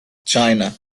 china